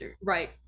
Right